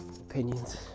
opinions